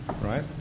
Right